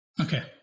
okay